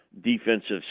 defensive